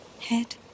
head